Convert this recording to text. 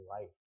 life